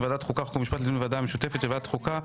מוועדת החוקה,